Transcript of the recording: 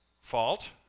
fault